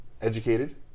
educated